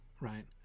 right